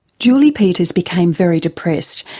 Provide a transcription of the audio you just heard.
julie peters became very depressed,